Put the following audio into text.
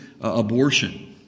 abortion